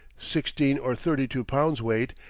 sixteen or thirty-two pounds' weight,